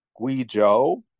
Guizhou